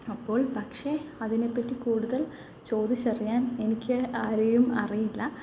അപ്പോൾ പക്ഷേ അതിനെപ്പറ്റി കൂടുതൽ ചോദിച്ചറിയാൻ എനിക്ക് ആരെയും അറിയില്ല